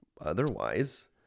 otherwise